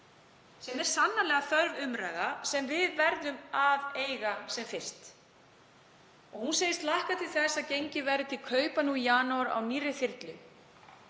sem er sannarlega þörf umræða sem við verðum að eiga sem fyrst. Hún segist hlakka til þess að gengið verði til kaupa á nýrri þyrlu